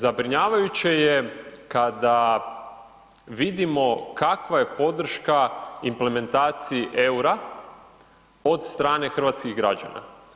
Zabrinjavajuće je kada vidimo kakva je podrška implementaciji EUR-a od strane hrvatskih građana.